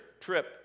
trip